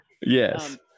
Yes